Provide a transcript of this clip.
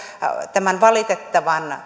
tämän valitettavan